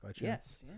Yes